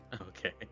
Okay